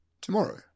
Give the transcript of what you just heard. tomorrow